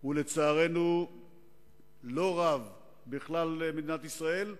הוא לצערנו לא רב בכלל במדינת ישראל,